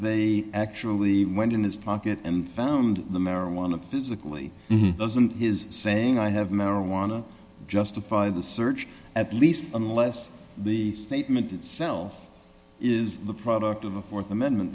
they actually went in his pocket and found the marijuana physically doesn't his saying i have marijuana justify the search at least unless the statement itself is the product of a th amendment